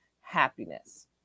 happiness